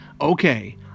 Okay